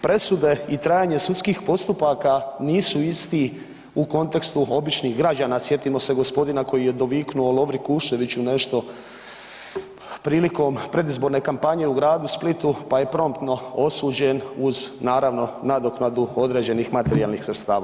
Presude i trajanje sudskih postupaka nisu isti u kontekstu običnih građana, sjetimo se gospodina koji je doviknuo Lovri Kupčeviću nešto prilikom predizborne kampanje u gradu Splitu pa je promptno osuđen uz naravno nadoknadu određenih materijalnih sredstava.